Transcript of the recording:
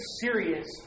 serious